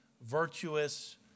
virtuous